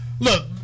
Look